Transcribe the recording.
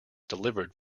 delivered